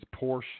Porsche